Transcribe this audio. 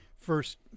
first